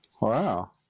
Wow